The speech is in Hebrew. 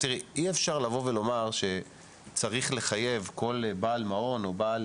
אי אפשר לומר שצריך לחייב כל בעל מעון או בעל